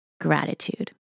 gratitude